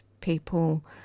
people